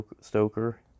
Stoker